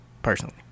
Personally